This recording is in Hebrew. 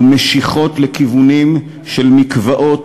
ומשיכות לכיוונים של מקוואות,